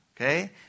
Okay